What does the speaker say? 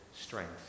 Strength